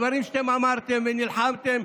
הדברים שאתם אמרתם ונלחמתם